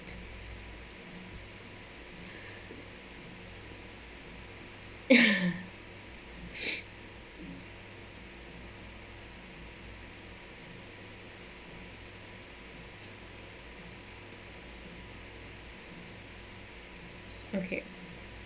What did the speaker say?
okay